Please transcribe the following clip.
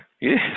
yes